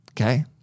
okay